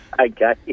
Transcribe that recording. Okay